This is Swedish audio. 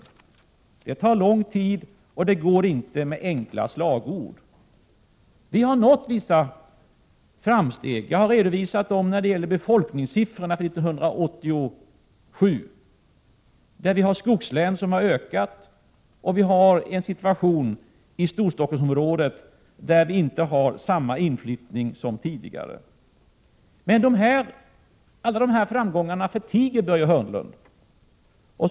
Det arbetet tar lång tid, och det går inte med enkla slagord. Vi har nått vissa framsteg. Jag har redovisat dem när det gäller befolkningssiffrorna för 1987. Befolkningen i skogslänen har ökat, och i Storstockholmsområdet har vi inte samma inflyttning som tidigare. Alla dessa framgångar förtiger emellertid Börje Hörnlund.